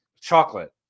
chocolate